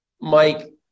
Mike